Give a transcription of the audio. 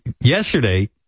yesterday